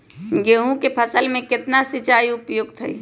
गेंहू के फसल में केतना सिंचाई उपयुक्त हाइ?